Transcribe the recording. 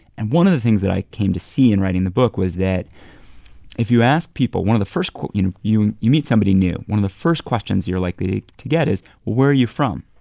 and one of the things that i came to see in writing the book was that if you ask people, one of the first you you meet somebody new, one of the first questions you're likely to get is, where are you from?